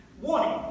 warning